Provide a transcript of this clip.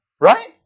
right